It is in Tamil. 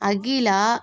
அகிலா